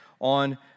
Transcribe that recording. on